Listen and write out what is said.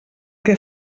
que